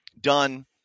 done